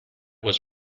was